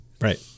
Right